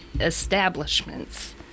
establishments